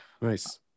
Nice